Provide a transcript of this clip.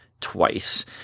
twice